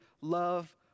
love